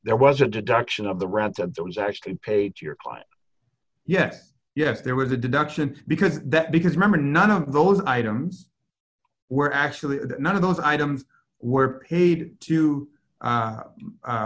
there was a deduction of the wrapped up that was actually paid to your client yet yet there was a deduction because that because remember none of those items were actually none of those items were paid to